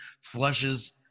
flushes